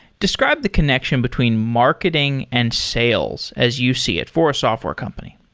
describe the connection between marketing and sales as you see it for a software company.